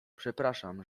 przepraszam